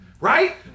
Right